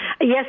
Yes